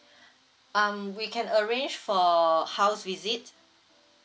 um we can arrange for house visit